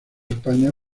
españa